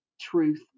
truth